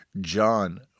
John